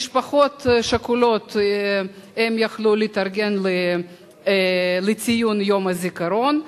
משפחות שכולות יוכלו להתארגן לציון יום הזיכרון,